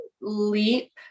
leap